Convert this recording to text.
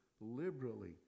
liberally